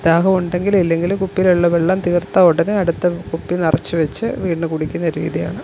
ദാഹമുണ്ടെങ്കിലും ഇല്ലെങ്കിലും കുപ്പിയിലുള്ള വെള്ളം തീർത്ത ഉടനെ അടുത്ത കുപ്പി നിറച്ചു വെച്ചു വീണ്ടും കുടിക്കുന്ന രീതിയാണ്